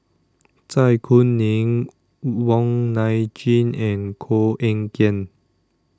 Zai Kuning Wong Nai Chin and Koh Eng Kian